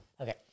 okay